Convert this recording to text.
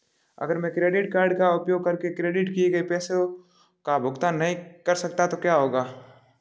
अगर मैं credit card का उपयोग करके क्रेडिट किए गए पैसे का भुगतान नहीं कर सकता तो क्या होगा?